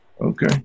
okay